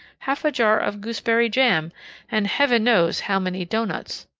half a jar of gooseberry jam and heaven knows how many doughnuts.